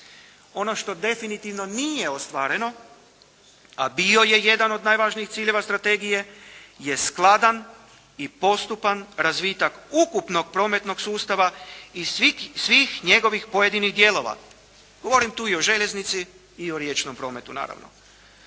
Ono što definitivno nije ostvareno, a bio je jedan od najvažnijih ciljeva strategije, je skladan i postupan razvitak ukupnog prometnog sustava i svih njegovih pojedinih dijelova. Govorim tu i o željeznici i o riječnom prometu naravno.